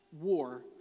war